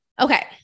Okay